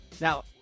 Now